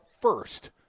first